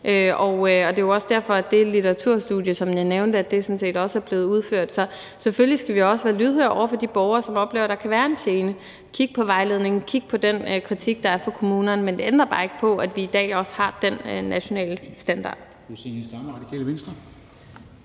Det er jo også derfor, at det litteraturstudie, som jeg nævnte, sådan set også er blevet udført. Så selvfølgelig skal vi også være lydhøre over for de borgere, som oplever, der kan være en gene, og kigge på vejledningen og kigge på den kritik, der er fra kommunerne. Men det ændrer bare ikke på, at vi i dag også har den nationale standard.